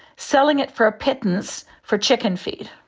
selling it for a pittance, for chicken feed.